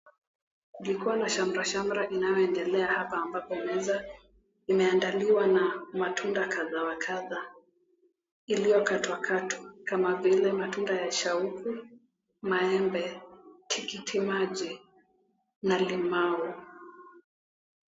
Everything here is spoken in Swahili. Jukua la shamra shamra inayoendelea ambapo wanauza imeandaliwa na matunda wa kadhaa wa kadhaa iliyokatwa katwa kama vile matunda ya shauku, maembe, tikitimaji na limau.